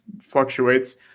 fluctuates